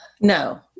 No